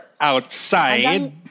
outside